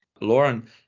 Lauren